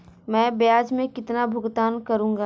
मैं ब्याज में कितना भुगतान करूंगा?